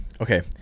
okay